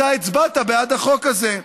אתה הצבעת בעד החוק הזה.